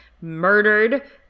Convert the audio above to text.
murdered